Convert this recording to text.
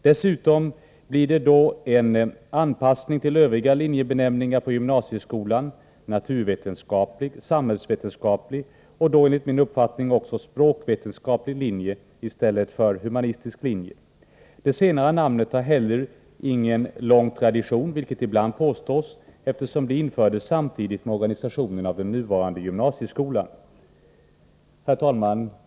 Dessutom skulle det innebära en anpassning till övriga linjebenämningar på gymnasieskolan — naturvetenskaplig, samhällsvetenskaplig och, enligt min uppfattning, språkvetenskaplig linje i stället för humanistisk linje. Det sistnämnda namnet har heller ingen lång tradition, vilket ibland påstås, eftersom det infördes samtidigt med organisationen av den nuvarande gymnasieskolan. Herr talman!